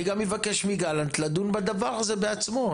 אני גם אבקש מגלנט לדון בדבר הזה בעצמו,